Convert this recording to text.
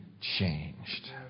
changed